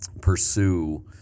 Pursue